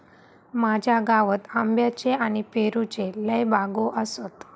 माझ्या गावात आंब्याच्ये आणि पेरूच्ये लय बागो आसत